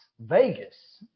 vegas